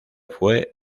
fue